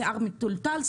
שיער מתולתל,